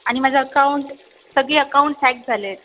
आणि माझं अकाऊंट सगळी अकाऊंट्स हॅक झाले आहेत